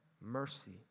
mercy